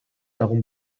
darum